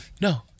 no